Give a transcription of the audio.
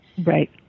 Right